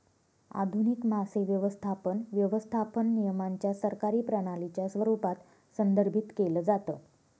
आधुनिक मासे व्यवस्थापन, व्यवस्थापन नियमांच्या सरकारी प्रणालीच्या स्वरूपात संदर्भित केलं जातं